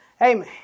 Amen